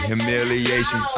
Humiliation